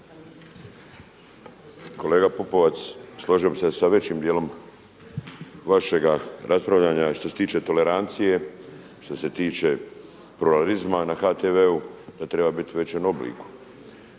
Kolega Pupovac, složio bih se sa većim dijelom vašega raspravljanja i što se tiče tolerancije, što se tiče pluralizma na HTV-u da treba bit u većem obliku.